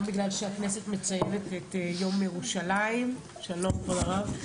בגלל שהכנסת מציינת את יום ירושלים וגם